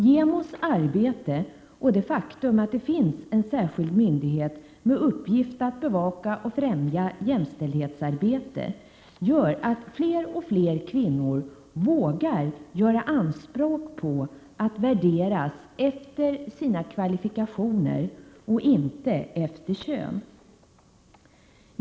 JämO:s arbete och det faktum att det finns en särskild myndighet med uppgift att bevaka och främja jämställdhetsarbete gör att fler och fler kvinnor vågar göra anspråk på att värderas efter sina kvalifikationer och inte efter kön.